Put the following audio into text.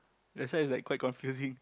that is why I like quite confusing